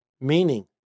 meaning